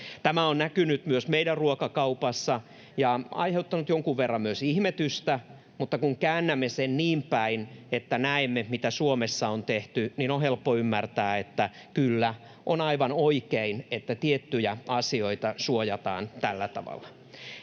Tämä on näkynyt myös meidän ruokakaupassa ja aiheuttanut jonkun verran myös ihmetystä, mutta kun käännämme sen niin päin, että näemme, mitä Suomessa on tehty, niin on helppo ymmärtää, että kyllä on aivan oikein, että tiettyjä asioita suojataan tällä tavalla.